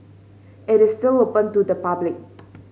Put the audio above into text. it is still open to the public